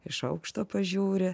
iš aukšto pažiūri